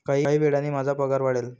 काही वेळाने माझा पगार वाढेल